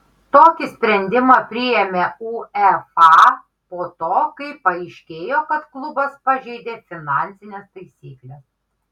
tokį sprendimą priėmė uefa po to kai paaiškėjo kad klubas pažeidė finansines taisykles